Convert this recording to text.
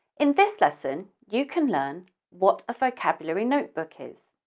in this lesson, you can learn what a vocabulary notebook is,